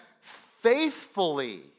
faithfully